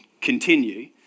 continue